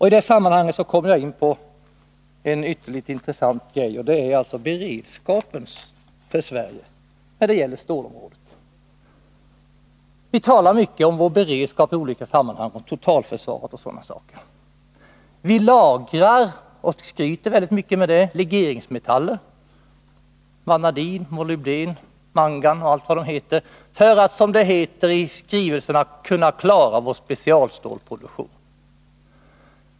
I detta sammanhang kommer jag in på något ytterligt intressant, och det är Sveriges beredskap inom stålområdet. Vi talar mycket om vår beredskap i olika sammanhang, t.ex. när det gäller totalförsvaret och sådana saker. Vi lagrar — och skryter mycket med det — legeringsmetaller såsom vanadin, molybden och mangan och allt de heter för att, som det står i skrivelserna, klara vår specialstålsproduktion.